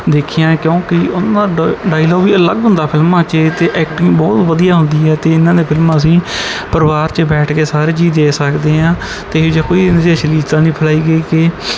ਦੇਖੀਆਂ ਕਿਉਂਕਿ ਉਹਨਾਂ ਦਾ ਡਾਇਲੋਗ ਹੀ ਅਲੱਗ ਹੁੰਦਾ ਫਿਲਮਾਂ 'ਚ ਅਤੇ ਐਕਟਿੰਗ ਬਹੁਤ ਵਧੀਆ ਹੁੰਦੀ ਹੈ ਅਤੇ ਇਹਨਾਂ ਨੇ ਫਿਲਮਾਂ ਅਸੀਂ ਪਰਿਵਾਰ 'ਚ ਬੈਠ ਕੇ ਸਾਰੇ ਜੀਅ ਦੇਖ ਸਕਦੇ ਹਾਂ ਅਤੇ ਇਹੋ ਜਿਹਾ ਕੋਈ ਅਸ਼ਲੀਲਤਾ ਨਹੀਂ ਫੈਲਾਈ ਗਈ ਕਿ